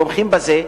תומכים בזה,